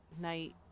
night